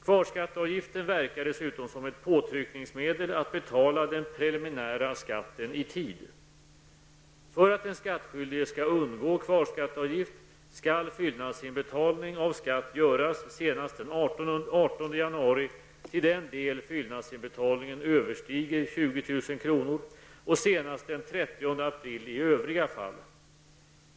Kvarskatteavgiften verkar dessutom som ett påtryckningsmedel att betala den preliminära skatten i tid.